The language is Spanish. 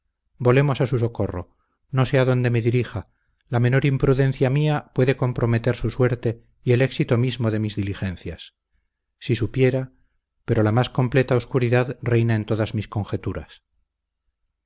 volemos a su socorro no sé adónde me dirija la menor imprudencia mía puede comprometer su suerte y el éxito mismo de mis diligencias si supiera pero la más completa oscuridad reina en todas mis conjeturas